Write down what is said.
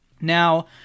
Now